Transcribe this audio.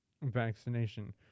vaccination